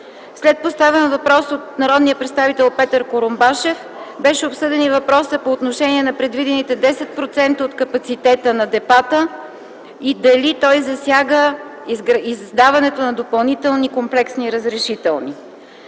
След поставен въпрос от народния представител Петър Курумбашев беше обсъден и въпросът по отношение на предвидените 10% от капацитета на депата и дали той засяга даването на допълнителни комплексни разрешителни.